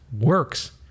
works